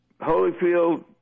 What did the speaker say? Holyfield